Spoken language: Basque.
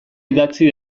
idatzi